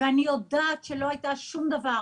ואני יודעת שלא היה שום דבר.